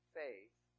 faith